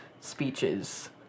speeches